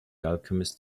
alchemist